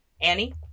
Annie